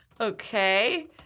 Okay